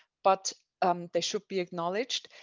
but um they should be acknowledged.